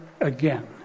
again